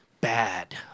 bad